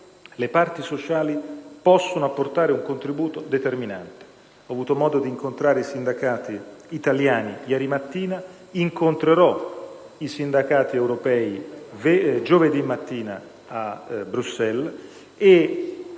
le parti sociali possono apportare un contributo determinante. Ho avuto modo di incontrare i sindacati italiani ieri mattina, incontrerò i sindacati europei giovedì mattina a Bruxelles e